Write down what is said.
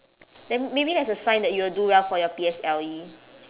then maybe that's a sign that you will do well for your P_S_L_E